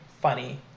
funny